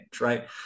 right